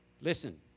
Listen